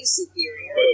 superior